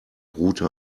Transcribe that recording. route